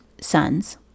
sons